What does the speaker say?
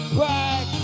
back